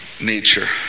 nature